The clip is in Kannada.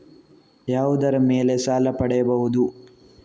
ಯಾವುದರ ಮೇಲೆ ಸಾಲ ಪಡೆಯಬಹುದು?